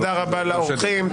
לאורחים,